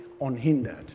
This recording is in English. unhindered